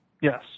Yes